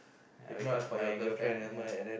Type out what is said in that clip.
Uh because for your girlfriend ya